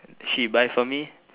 she buy for me